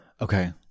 Okay